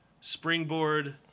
springboard